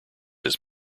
his